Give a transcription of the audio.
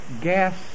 gas